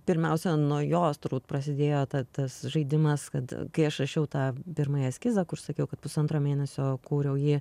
pirmiausia nuo jos turbūt prasidėjo ta tas žaidimas kad kai aš rašiau tą pirmąjį eskizą kur sakiau kad pusantro mėnesio kūriau jį